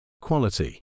quality